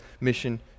Mission